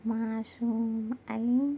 معصوم علی